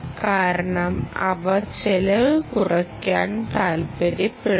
കാരണം അവ ചെലവ് കുറയ്ക്കാൻ താൽപ്പര്യപ്പെടുന്നു